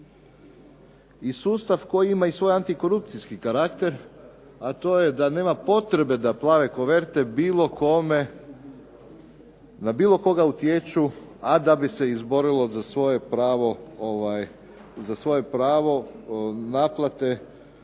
i sustav koji ima svoj i antikorupcijski karakter, a to je da nema potreba da plave koverte bilo kome na bilo koga utječu, a da bi se izborilo za svoje pravo naplate